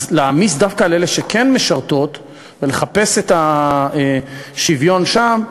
אז להעמיס דווקא על אלה שכן משרתות ולחפש את השוויון שם,